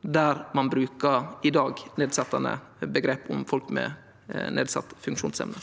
i dag brukar nedsettande omgrep om folk med nedsett funksjonsevne.